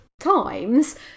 times